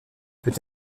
peut